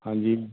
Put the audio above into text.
ਹਾਂਜੀ